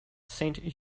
saint